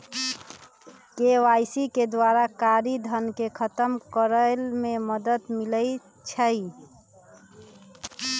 KYC के द्वारा कारी धन के खतम करए में मदद मिलइ छै